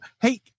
Hey